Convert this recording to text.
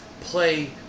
play